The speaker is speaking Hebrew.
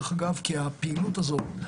כי הפעילות הזאת,